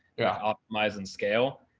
yeah. optimize and scale.